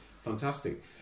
fantastic